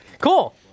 Cool